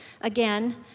again